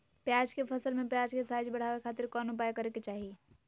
प्याज के फसल में प्याज के साइज बढ़ावे खातिर कौन उपाय करे के चाही?